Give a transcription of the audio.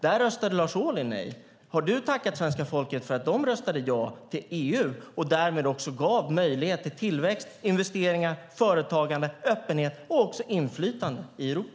Där röstade Lars Ohly nej. Har du tackat svenska folket för att de röstade ja till EU och därmed också gav möjlighet till tillväxt, investeringar, företagande, öppenhet och inflytande i Europa?